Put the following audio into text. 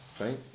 Right